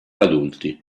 adulti